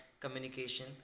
communication